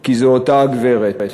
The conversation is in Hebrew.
כי זו אותה הגברת.